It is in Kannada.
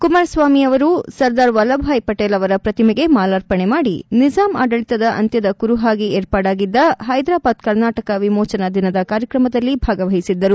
ಕುಮಾರಸ್ವಾಮಿ ಅವರು ಸರ್ದಾರ್ ವಲ್ಲಭಭಾಯಿ ಪಟೇಲ್ ಅವರ ಪ್ರತಿಮಗೆ ಮಾಲಾರ್ಪಣೆ ಮಾಡಿ ನಿಜಾಮ್ ಆಡಳಿತದ ಅಂತ್ಯದ ಕುರುಹಾಗಿ ವಿರ್ಮಾಡಾಗಿದ್ದ ಪೈದರಾಬಾದ್ ಕರ್ನಾಟಕ ವಿಮೋಜನಾ ದಿನದ ಕಾರ್ಯಕ್ರಮದಲ್ಲಿ ಭಾಗವಹಿಸಿದರು